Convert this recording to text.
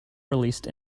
released